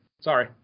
Sorry